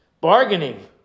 Bargaining